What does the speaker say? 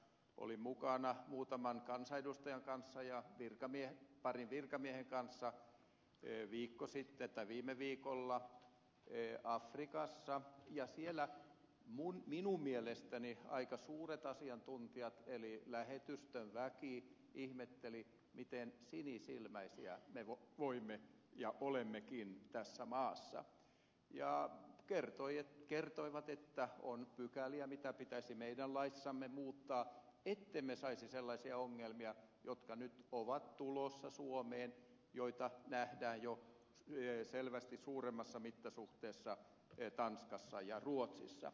olin mukana muutaman kansanedustajan kanssa ja parin virkamiehen kanssa viime viikolla afrikassa ja siellä minun mielestäni aika suuret asiantuntijat eli lähetystön väki ihmettelivät miten sinisilmäisiä me voimme olla ja olemmekin tässä maassa ja kertoivat että on pykäliä mitä pitäisi meidän laissamme muuttaa ettemme saisi sellaisia ongelmia jotka nyt ovat tulossa suomeen ja joita nähdään jo selvästi suuremmassa mittasuhteessa tanskassa ja ruotsissa